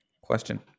Question